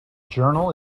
journal